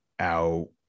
out